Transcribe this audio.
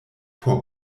por